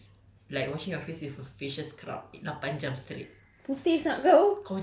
I think washing your face like washing your face with a facial scrub lapan jam straight